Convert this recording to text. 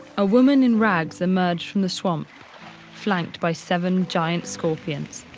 a woman in rags emerged from the swamp flanked by seven giant scorpions.